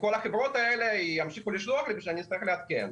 שכל החברות האלה ימשיכו לשלוח לי דואר ואני אצטרך לעדכן.